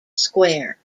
square